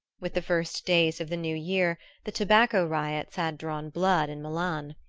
with the first days of the new year the tobacco riots had drawn blood in milan.